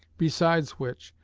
besides which,